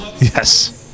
Yes